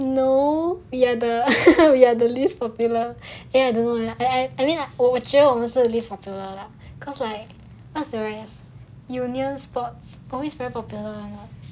no we are the we are least popular ya I don't know leh 我觉得我们是 least popular lah cause like S_R_S union sports always very popular [one]